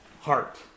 heart